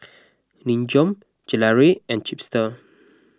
Nin Jiom Gelare and Chipster